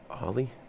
ollie